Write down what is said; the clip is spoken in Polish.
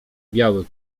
biały